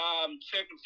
circumstances